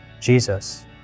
Jesus